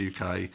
UK